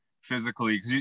physically